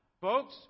Folks